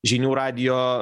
žinių radijo